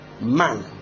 man